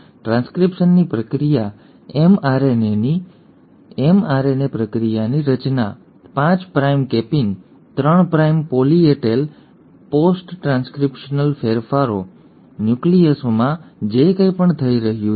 ટ્રાન્સક્રિપ્શનની પ્રક્રિયા એમઆરએનએની એમઆરએનએ પ્રક્રિયાની રચના 5 prime capping 3 prime poly A tail post transcriptional ફેરફારો ન્યુક્લિયસમાં જે કંઇ પણ થઇ રહ્યું છે